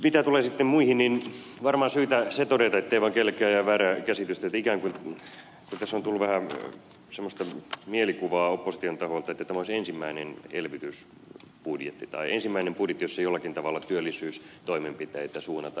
mitä tulee sitten muihin niin varmaan on syytä se todeta ettei vaan kenellekään jää väärää käsitystä että tässä on ikään kuin tullut vähän semmoista mielikuvaa opposition taholta että tämä olisi ensimmäinen elvytysbudjetti tai ensimmäinen budjetti jossa jollakin tavalla työllisyystoimenpiteitä suunnataan